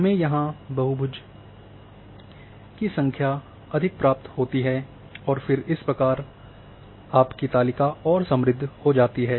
हमें यहाँ बहुभुजान की अधिक संख्या प्राप्त होती हैं और फिर इस प्रकार आपकी तालिका और समृद्ध हो जाती है